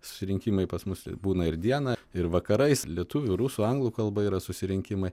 susirinkimai pas mus būna ir dieną ir vakarais lietuvių rusų anglų kalba yra susirinkimai